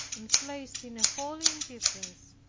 and placed in a holy indifference,